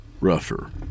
rougher